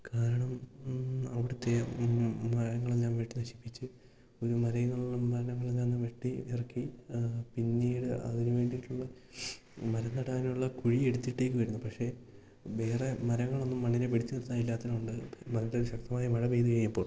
കാരണം അവിടുത്തെ മരങ്ങളെല്ലാം വെട്ടി നശിപ്പിച്ച് ഒരു മലയിലുള്ള മരങ്ങളെല്ലാം ഒന്ന് വെട്ടി ഇറക്കി പിന്നീട് അതിനു വേണ്ടിയിട്ടുള്ള മരം നടാനുള്ള കുഴി എടുത്തിട്ടിരിക്കുകയായിരുന്നു പക്ഷേ വേറെ മരങ്ങളൊന്നും മണ്ണിനെ പിടിച്ചു നിർത്താൻ ഇല്ലാത്തതുകൊണ്ട് മരത്തിൽ ശക്തമായ മഴ പെയ്തു കഴിഞ്ഞപ്പോൾ